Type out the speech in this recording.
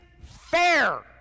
fair